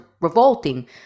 revolting